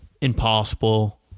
impossible